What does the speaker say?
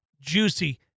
juicy